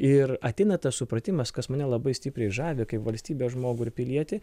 ir ateina tas supratimas kas mane labai stipriai žavi kaip valstybę žmogų ir pilietį